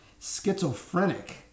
Schizophrenic